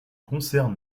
concert